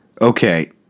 Okay